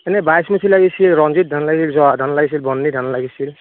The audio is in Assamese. এনে বাইছমুঠি লাগিছিল ৰঞ্জিত ধান লাগিছিল জহা ধান লাগিছিল বৰ্ণালী ধান লাগিছিল